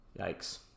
Yikes